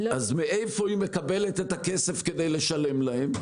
אז מאיפה היא מקבלת את הכסף כדי לשלם להם?